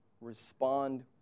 respond